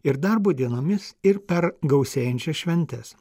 ir darbo dienomis ir per gausėjančias šventes